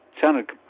sounded